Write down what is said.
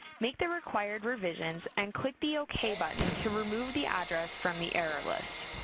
make the required revisions and click the ok button to remove the address from the error list.